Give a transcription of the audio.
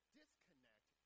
disconnect